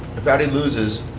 if audi loses,